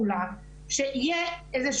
אני מסכימה שבגבעת עמל הפינוי של